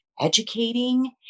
educating